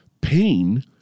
pain